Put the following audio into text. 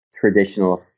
traditional